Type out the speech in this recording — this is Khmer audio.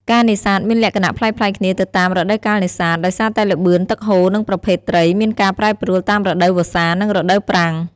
ការនេសាទមានលក្ខណៈប្លែកៗគ្នាទៅតាម រដូវកាលនេសាទ ដោយសារតែល្បឿនទឹកហូរនិងប្រភេទត្រីមានការប្រែប្រួលតាមរដូវវស្សានិងរដូវប្រាំង។